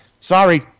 Sorry